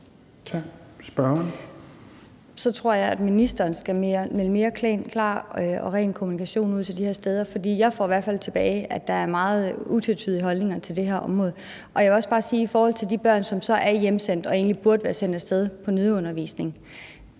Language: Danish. tror jeg, at ministeren skal melde mere klar og ren kommunikation ud til de her steder, for jeg får i hvert fald tilbagemeldinger om, at der er meget tvetydige udmeldinger på det her område. Jeg vil også bare spørge i forhold til de børn, som er hjemsendt og egentlig burde være sendt af sted til nødundervisning: